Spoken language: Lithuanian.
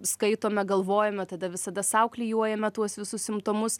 skaitome galvojame tada visada sau klijuojame tuos visus simptomus